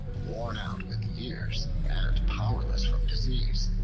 worn out with years and powerless from disease,